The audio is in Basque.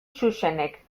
xuxenek